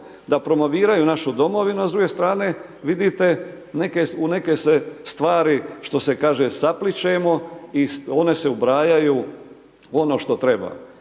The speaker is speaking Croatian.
da promoviraju našu domovinu, a s druge strane vidite u neke se stvari, što se kaže saplićemo i one se ubrajaju u ono što treba.